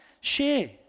share